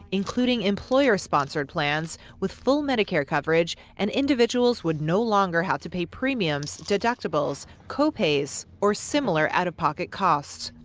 including employer-sponsored plans, with full medicare coverage. and individuals would no longer have to pay premiums, deductibles, co-pays, or similar out-of-pocket costs.